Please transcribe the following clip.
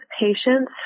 patients